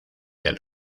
del